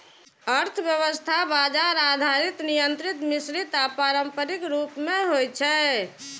अर्थव्यवस्था बाजार आधारित, नियंत्रित, मिश्रित आ पारंपरिक रूप मे होइ छै